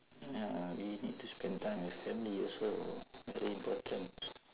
ya we need to spend time with family also very important